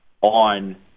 on